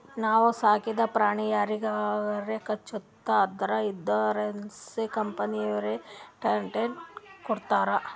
ನಾವು ಸಾಕಿದ ಪ್ರಾಣಿ ಯಾರಿಗಾರೆ ಕಚ್ಚುತ್ ಅಂದುರ್ ಇನ್ಸೂರೆನ್ಸ್ ಕಂಪನಿನವ್ರೆ ಟ್ರೀಟ್ಮೆಂಟ್ ಕೊಡ್ತಾರ್